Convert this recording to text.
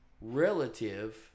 relative